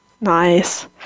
Nice